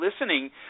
listening